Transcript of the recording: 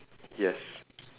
yes